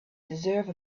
deserve